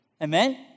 Amen